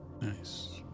Nice